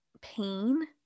pain